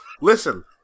listen